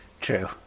True